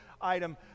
item